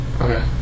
Okay